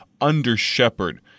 under-shepherd